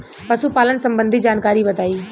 पशुपालन सबंधी जानकारी बताई?